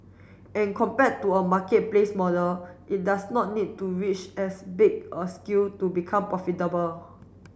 and compared to a marketplace model it does not need to reach as big a scale to become profitable